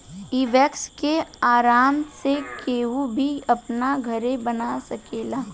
इ वैक्स के आराम से केहू भी अपना घरे बना सकेला